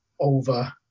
over